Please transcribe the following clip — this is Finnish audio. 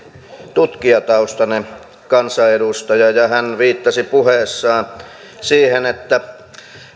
tutkijataustainen kansanedustaja ja hän viittasi puheessaan siihen että